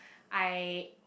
I